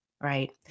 Right